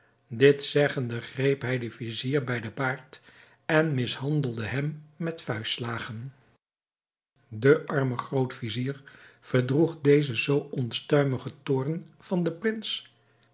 dit zeggende greep hij den vizier bij den baard en mishandelde hem met vuistslagen de arme groot-vizier verdroeg dezen zoo onstuimigen toorn van den prins